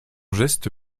geste